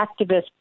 activists